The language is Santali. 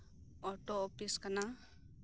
ᱚᱴᱳ ᱚᱯᱷᱤᱥ ᱠᱟᱱᱟ